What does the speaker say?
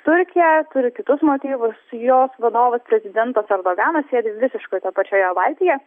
turkija turi kitus motyvus jos vadovas prezidentas erdoganas sėdi visiškai toj pačioje valtyje